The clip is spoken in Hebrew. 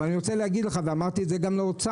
אבל אני רוצה להגיד לך ואמרתי את זה גם לאוצר,